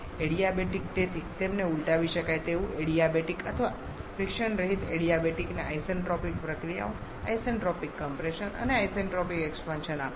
adiabatic તેથી તેમને ઉલટાવી શકાય તેવું એડિબેટિક અથવા ફ્રીક્શન રહિત એડિયાબેટિકને આઇસેન્ટ્રોપિક પ્રક્રિયાઓ આઇસેન્ટ્રોપિક કમ્પ્રેશન અને આઇસેન્ટ્રોપિક એક્સપાન્શન આપે છે